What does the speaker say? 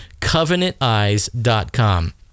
CovenantEyes.com